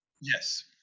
yes